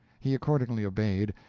he accordingly obeyed,